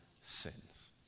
sins